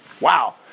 Wow